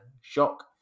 shock